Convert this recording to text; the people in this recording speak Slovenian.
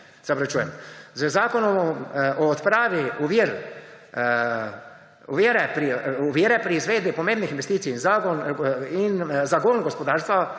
zakona o odpravi ovir pri izvedbi pomembnih investicij za zagon gospodarstva